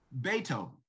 Beethoven